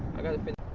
i gotta fin